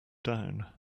down